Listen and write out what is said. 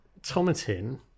Tomatin